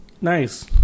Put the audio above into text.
Nice